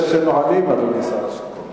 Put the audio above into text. יש נהלים, אדוני השר.